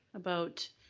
about.